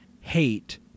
hate